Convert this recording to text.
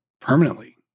permanently